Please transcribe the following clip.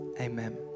amen